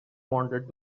wanted